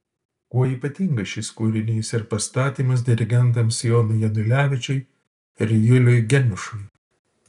kuo ypatingas šis kūrinys ir pastatymas dirigentams jonui janulevičiui ir juliui geniušui